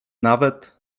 nawet